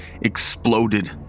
exploded